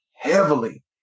heavily